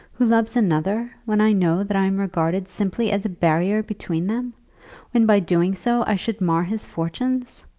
who loves another, when i know that i am regarded simply as a barrier between them when by doing so i should mar his fortunes?